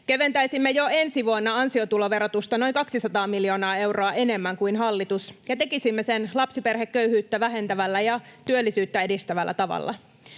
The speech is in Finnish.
Keventäisimme jo ensi vuonna ansiotuloverotusta noin 200 miljoonaa euroa enemmän kuin hallitus ja tekisimme sen lapsiperheköyhyyttä vähentävällä ja työllisyyttä edistävällä tavalla.